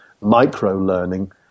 micro-learning